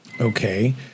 Okay